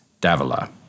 Davila